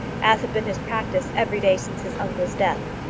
as had been his practice every day since his uncle's death.